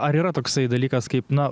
ar yra toksai dalykas kaip na